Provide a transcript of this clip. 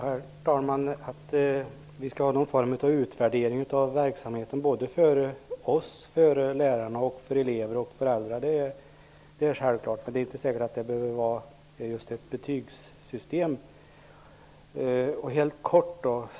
Herr talman! Att vi skall ha någon form av utvärdering av verksamheten, för oss politiker, elever, lärare och föräldrar, är självklart. Men det är inte säkert att det behöver vara ett betygssystem.